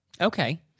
Okay